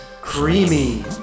Creamy